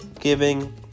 giving